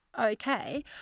okay